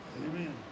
amen